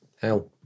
hell